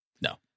No